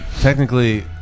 Technically